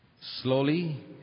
slowly